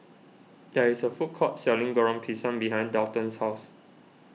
there is a food court selling Goreng Pisang behind Daulton's house